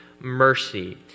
mercy